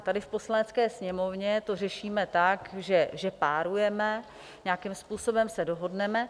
Tady v Poslanecké sněmovně to řešíme tak, že párujeme, nějakým způsobem se dohodneme.